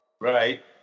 right